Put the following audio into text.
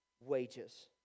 wages